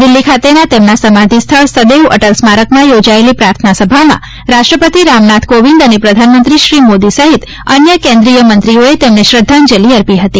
દિલ્હી ખાતેના તેમના સમાધિ સ્થળ સદૈવ અટલ સ્મારકમાં યોજાયેલી પ્રાર્થના સભામાં રાષ્ટ્રપતિ રામનાથ કોવિન્દ અને પ્રધાનમંત્રીશ્રી મોદી સહિત અન્ય કેન્દ્રિય મંત્રીઓએ તેમને શ્રદ્ધાંજલિ અર્પી હતી